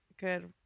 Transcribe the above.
good